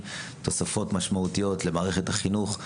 אנחנו שמחים שהצטרפתם אלינו לוועדת החינוך,